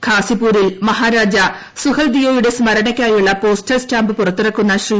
ഖാസിപ്പൂരിൽ മഹാരാജാ സുഹൽദിയോയുടെ സ്മരണയ്ക്കായുള്ള postal stamp പുറത്തിറക്കുന്ന ശ്രീ